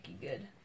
good